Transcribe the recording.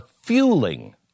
fueling